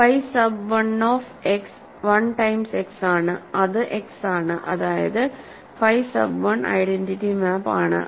phi sub 1 of x1 times x ആണ് അത് x ആണ് അതായത് ഫൈ സബ് 1 ഐഡന്റിറ്റി മാപ്പ് ആണ്